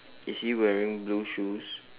is he wearing blue shoes